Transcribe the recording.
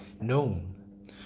known